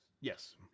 Yes